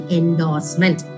endorsement